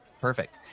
Perfect